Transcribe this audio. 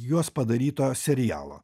juos padaryto serialo